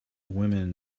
women